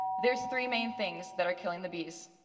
there's three main things that are killing the bees.